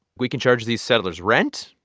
we can charge these settlers rent.